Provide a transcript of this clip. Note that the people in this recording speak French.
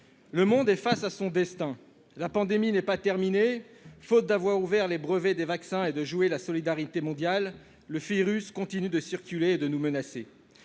le monde est face à son destin. La pandémie n'est pas terminée, faute d'avoir ouvert les brevets des vaccins et joué la solidarité mondiale ; le virus continue de circuler et de nous menacer.